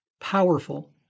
powerful